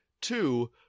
Two